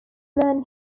learn